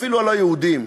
אפילו הלא-יהודים,